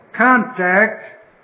Contact